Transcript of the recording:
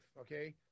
Okay